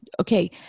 Okay